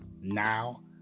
Now